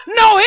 no